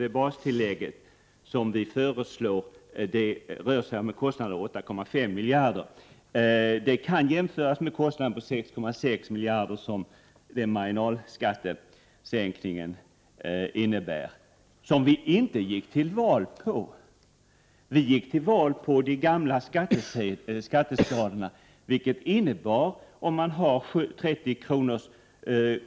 det bastillägg som vi föreslår är ca 8,5 miljarder kronor. Detta kan jämföras med en kostnad på 6,6 miljarder för en marginalskattesänkning som vi inte gick till val på. Vad vi gick till val på var de gamla skatteskalorna, vilket vid 30 kr.